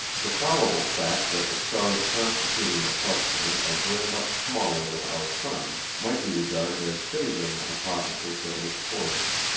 the probable fact that the stars constituting the cluster are very much smaller than our sun might be regarded as favoring the hypothesis of an explosion.